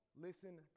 listen